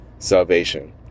Salvation